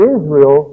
Israel